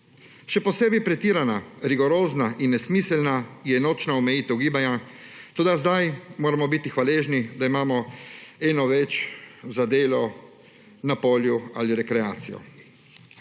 Še posebej pretirana, rigorozna in nesmiselna je nočna omejitev gibanja, toda zdaj moramo biti hvaležni, da imamo eno več za delo na polju ali rekreacijo.